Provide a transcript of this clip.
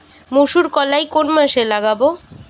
মুসুর কলাই কোন মাসে লাগাব?